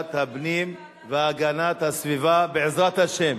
לוועדת הפנים והגנת הסביבה, בעזרת השם.